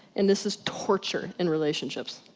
and this is torture in relationships.